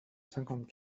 cinquante